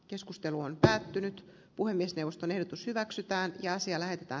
keskustelu on päättynyt puhemiesneuvoston ehdotus hyväksytään ja siellä että